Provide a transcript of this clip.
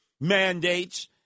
mandates